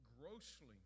grossly